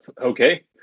Okay